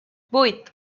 vuit